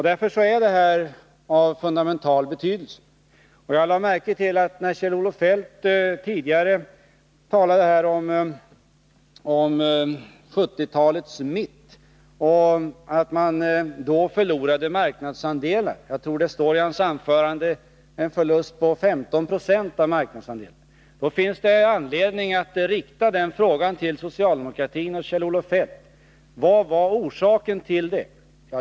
Därför är detta av fundamental betydelse. Kjell-Olof Feldt talade om 1970-talets mitt och framhöll att man då förlorade marknadsandelar — jag tror att han sade att man gjorde en förlust på 15 70 av marknadsandelarna. Det finns då anledning att rikta den frågan till socialdemokratin och Kjell-Olof Feldt: Vad var orsaken till detta?